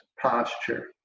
posture